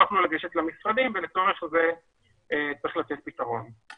הם לא יכלו לגשת למשרדים ולצורך הזה צריך לתת פתרון.